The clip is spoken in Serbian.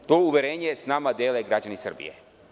To uverenje sa nama dele građani Srbije.